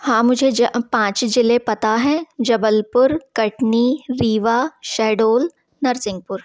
हाँ मुझे ज पाँच ज़िले पता हैं जबलपुर कटनी रीवा शहडोल नरसिंहपुर